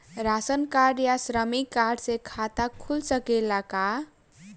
Ration card या श्रमिक card से खाता खुल सकेला का?